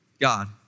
God